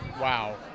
Wow